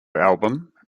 album